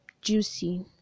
juicy